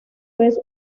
vez